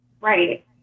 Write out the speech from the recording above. Right